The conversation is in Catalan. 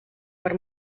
per